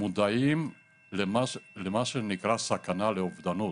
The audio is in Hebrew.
מודעים למה שנקרא, סכנה לאובדנות,